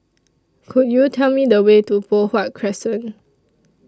Could YOU Tell Me The Way to Poh Huat Crescent